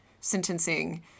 sentencing